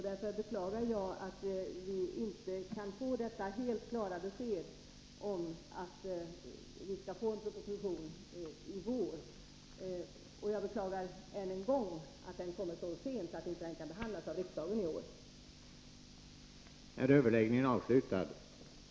Därför beklagar jag att vi inte kan få ett helt klart besked om att vi skall få en proposition i vår. Och jag beklagar än en gång att propositionen, om den läggs fram i vår, kommer så sent att den inte kan behandlas av riksdagen under våren.